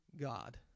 God